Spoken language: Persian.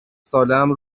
سالهام